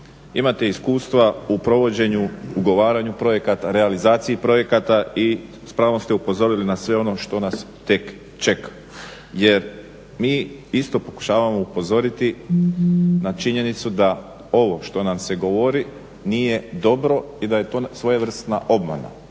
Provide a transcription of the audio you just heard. imate iskustva u provođenju, ugovaranju projekata, realizaciji projekata i s pravom ste upozorili na sve ono što nas sve tek čeka. Jer mi isto pokušavamo upozoriti na činjenicu da ovo što nam se govori i da je to svojevrsna obmana,